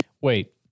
Wait